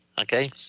okay